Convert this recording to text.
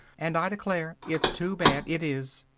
and i declare it's too bad, it is!